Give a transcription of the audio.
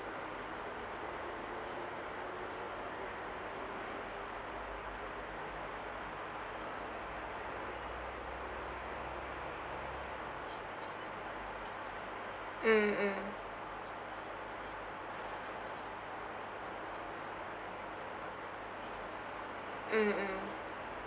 mm mm mm mm